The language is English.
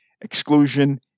exclusion